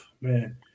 man